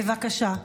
בבקשה.